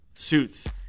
suits